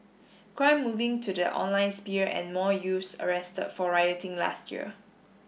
crime moving to the online sphere and more youths arrested for rioting last year